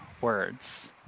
words